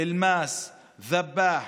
אל-מאס, א-ד'באח,)